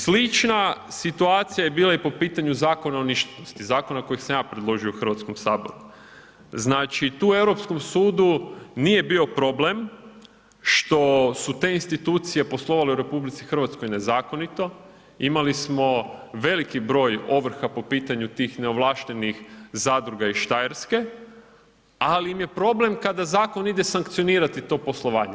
Slična situacija je bila i po pitanju Zakona o ništetnosti, zakona koji sam ja predložio u HS-u. znači, tu Europskom sudu nije bio problem što su te institucije poslovale u RH nezakonito, imali smo veliki broj ovrha po pitanju tih neovlaštenih zadruga iz Štajerske, ali im je problem kad zakon ide sankcionirati to poslovanje.